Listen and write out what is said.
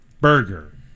burger